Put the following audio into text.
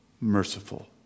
merciful